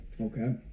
Okay